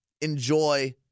enjoy